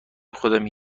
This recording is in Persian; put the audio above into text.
خودم